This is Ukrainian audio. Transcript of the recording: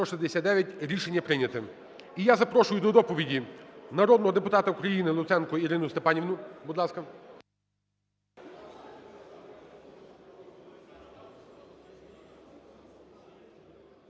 Рішення прийнято. І я запрошую до доповіді народного депутата України Луценко Ірину Степанівну, будь ласка.